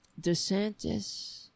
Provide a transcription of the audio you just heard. DeSantis